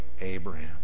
abraham